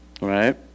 Right